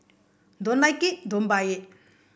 don't like it don't buy it